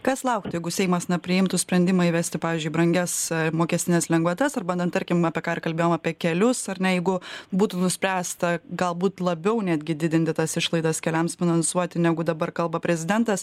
kas lauktų jeigu seimas na priimtų sprendimą įvesti pavyzdžiui brangias mokestines lengvatas ar bandant tarkim apie ką ir kalbėjom apie kelius ar ne jeigu būtų nuspręsta galbūt labiau netgi didinti tas išlaidas keliams finansuoti negu dabar kalba prezidentas